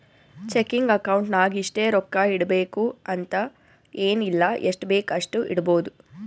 checking account ನಾಗ್ ಇಷ್ಟೇ ರೊಕ್ಕಾ ಇಡಬೇಕು ಅಂತ ಎನ್ ಇಲ್ಲ ಎಷ್ಟಬೇಕ್ ಅಷ್ಟು ಇಡ್ಬೋದ್